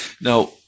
Now